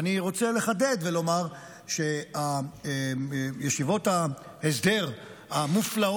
ואני רוצה לחדד ולומר שישיבות ההסדר המופלאות,